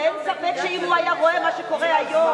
אין ספק שאם הוא היה רואה מה שקורה היום,